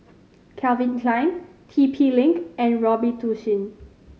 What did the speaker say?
Calvin Klein T P Link and Robitussin